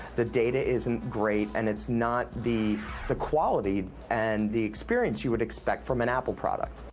the data isn't great and it's not the the quality and the experience you would expect from an apple product.